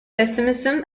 pessimism